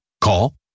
call